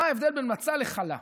מה הבדל בין מצה לחלה?